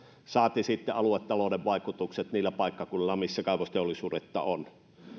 saati sitten aluetalouden vaikutukset niillä paikkakunnilla missä kaivosteollisuutta on